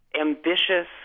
ambitious